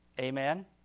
Amen